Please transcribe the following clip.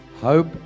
Hope